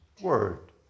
word